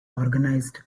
organized